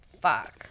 fuck